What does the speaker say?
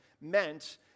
meant